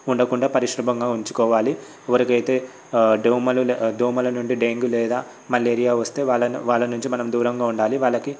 ఉండకుండా పరిశుభ్రంగా ఉంచుకోవాలి ఎవరికి అయితే దోమలను దోమల నుండి డెంగ్యూ లేదా మలేరియా వస్తే వాళ్లను వాళ్ళ నుంచి మనం దూరంగా ఉండాలి వాళ్లకి